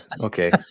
okay